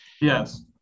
Yes